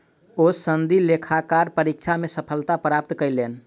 ओ सनदी लेखाकारक परीक्षा मे सफलता प्राप्त कयलैन